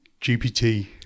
GPT